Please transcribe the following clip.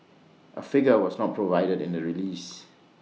A figure was not provided in the release